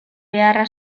beharra